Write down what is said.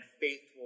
faithful